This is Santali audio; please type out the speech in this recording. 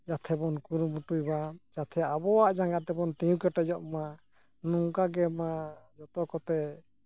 ᱡᱟᱛᱮ ᱵᱚᱱ ᱠᱩᱨᱩᱢᱩᱴᱩᱭ ᱢᱟ ᱡᱟᱛᱮ ᱟᱵᱚᱣᱟᱜ ᱡᱟᱸᱜᱟ ᱛᱮᱵᱚᱱ ᱛᱤᱸᱜᱩ ᱠᱮᱴᱮᱡᱚᱜ ᱢᱟ ᱱᱚᱝᱠᱟᱜᱮ ᱢᱟ ᱡᱚᱛᱚ ᱠᱚᱛᱮ